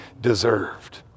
deserved